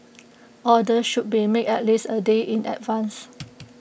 orders should be made at least A day in advance